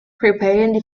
repairing